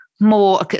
More